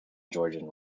georgian